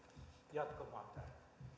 jatkamaan tänne